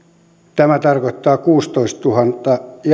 tämä tarkoittaa kuuttatoistatuhatta